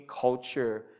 culture